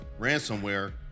ransomware